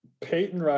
Peyton